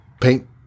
paint